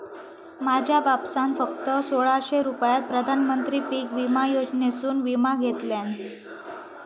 माझ्या बापसान फक्त सोळाशे रुपयात प्रधानमंत्री पीक विमा योजनेसून विमा घेतल्यान